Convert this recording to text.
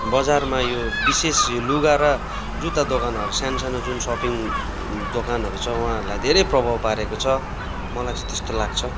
बजारमा यो विशेष यो लुगा र जुत्ता दोकानहरू सानो सानो जुन सपिङ दोकानहरू छ उहाँहरूलाई धेरै प्रभाव पारेको छ मलाई चाहिँ त्यस्तो लाग्छ